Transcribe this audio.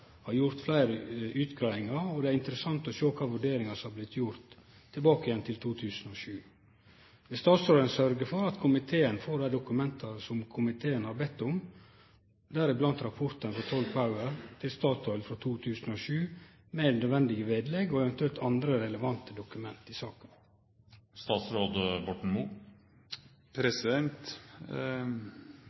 har gjort fleire utgreiingar, og det er interessant å sjå kva vurderingar som har vorte gjorde tilbake i 2007. Vil statsråden sørgje for at komiteen får dei dokumenta som komiteen har bedt om, deriblant rapporten frå Troll Power til Statoil frå 2007 med nødvendige vedlegg og eventuelt andre relevante dokument i